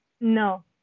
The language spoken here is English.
No